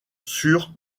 sur